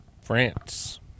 France